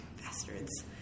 bastards